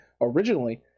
originally